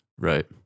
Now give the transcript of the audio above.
Right